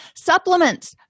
supplements